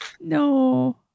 No